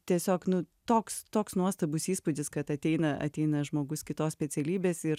tiesiog nu toks toks nuostabus įspūdis kad ateina ateina žmogus kitos specialybės ir